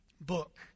book